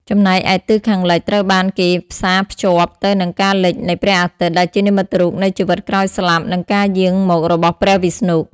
ចំណែកឯទិសខាងលិចត្រូវបានគេផ្សារភ្ជាប់ទៅនឹងការលិចនៃព្រះអាទិត្យដែលជានិមិត្តរូបនៃជីវិតក្រោយស្លាប់និងការយាងមករបស់ព្រះវិស្ណុ។